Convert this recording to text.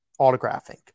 autographing